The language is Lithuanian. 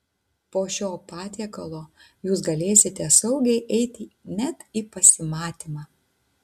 po šio patiekalo jūs galėsite saugiai eiti net į pasimatymą